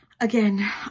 again